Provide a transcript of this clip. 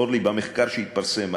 אורלי, במחקר שהתפרסם.